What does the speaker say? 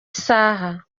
isaha